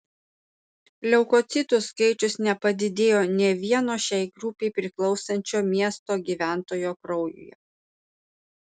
leukocitų skaičius nepadidėjo nė vieno šiai grupei priklausančio miesto gyventojo kraujuje